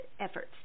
efforts